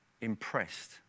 impressed